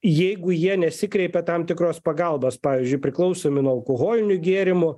jeigu jie nesikreipia tam tikros pagalbos pavyzdžiui priklausomi nuo alkoholinių gėrimų